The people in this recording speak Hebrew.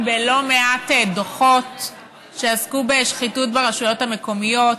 בלא מעט דוחות שעסקו בשחיתות ברשויות המקומיות,